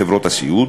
חברות הסיעוד,